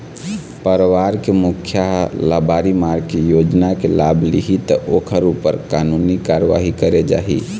परवार के मुखिया ह लबारी मार के योजना के लाभ लिहि त ओखर ऊपर कानूनी कारवाही करे जाही